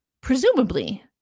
presumably